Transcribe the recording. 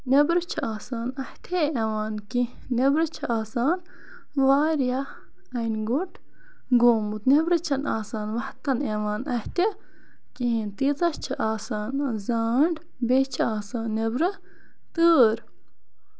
نیبرٕ چھُ آسان اَتھے یِوان کیٚنہہ نیٚبرٕ چھِ آسان واریاہ اَنہِ گوٹ گومُت نیبرٕ چھےٚ نہٕ آسان وَتھن یِوان اَتھِ کِہیٖنۍ نہٕ تیٖژاہ چھِ آسان زانڈ بیٚیہِ چھِ آسان نیبرٕ تۭر